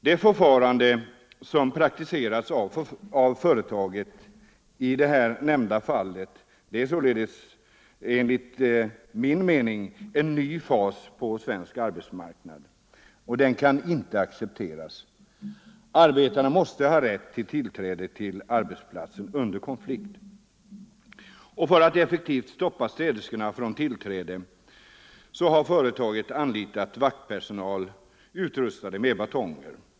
Det förfarande som praktiserats av företaget i det här fallet är således enligt min uppfattning någonting nytt på svensk arbetsmarknad. Det kan inte accepteras. Arbetarna måste under en konflikt ha rätt till tillträde till arbetsplatsen. För att effektivt stoppa städerskorna från tillträde har företaget anlitat vaktpersonal, utrustad med batonger.